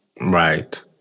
right